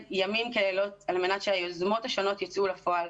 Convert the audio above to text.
ימים כלילות על מנת שהיוזמות השונות יצאו לפועל,